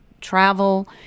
travel